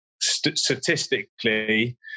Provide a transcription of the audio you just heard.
Statistically